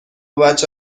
بچه